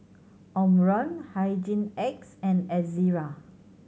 Omron Hygin X and Ezerra